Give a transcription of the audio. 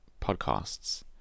podcasts